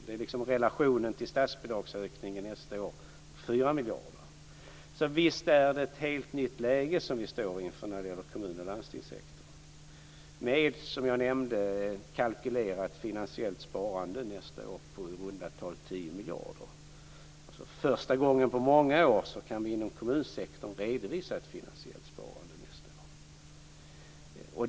Det kan sättas i relation till statsbidragsökningen på 4 miljarder nästa år. Visst är det ett helt nytt läge vi befinner oss i när det gäller kommun och landstingssektorn. Jag nämnde ett kalkylerat finansiellt sparande på i runda tal 10 miljarder nästa år. För första gången på många år kan vi redovisa ett finansiellt sparande inom kommunsektorn nästa år.